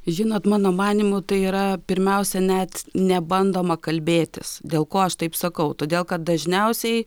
žinot mano manymu tai yra pirmiausia net nebandoma kalbėtis dėl ko aš taip sakau todėl kad dažniausiai